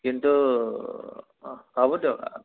কিন্তু হ'ব দিয়ক